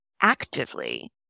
actively